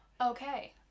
okay